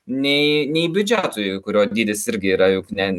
nei nei biudžetui kurio dydis irgi yra juk ne